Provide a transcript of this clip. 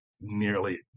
nearly